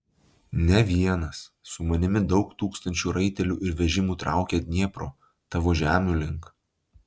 ne vienas su manimi daug tūkstančių raitelių ir vežimų traukia dniepro tavo žemių link